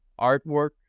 artwork